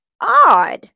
odd